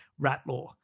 Ratlaw